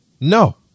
No